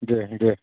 देह देह